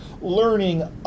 learning